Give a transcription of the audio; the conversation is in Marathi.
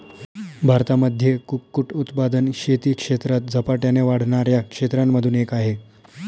भारतामध्ये कुक्कुट उत्पादन शेती क्षेत्रात झपाट्याने वाढणाऱ्या क्षेत्रांमधून एक आहे